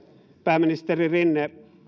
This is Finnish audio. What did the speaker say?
pääministeri rinne